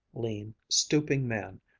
lean, stooping man,